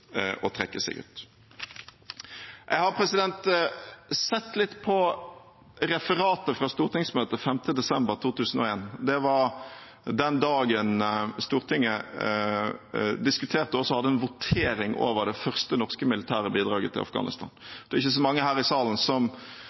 å trekke seg ut. Jeg har sett litt på referatet fra stortingsmøtet 5. desember 2001. Det var den dagen Stortinget diskuterte og også hadde en votering over det første norske militære bidraget til Afghanistan. Det er ikke så mange her i salen som